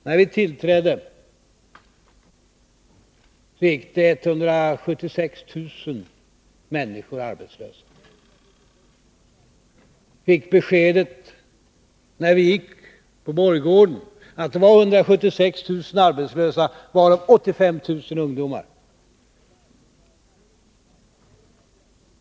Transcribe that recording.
När vi tillträdde gick 176 000 människor arbetslösa. Vi fick beskedet när vi gick på borggården att antalet arbetslösa var 176 000, varav 75 000 ungdomar.